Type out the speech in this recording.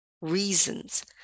reasons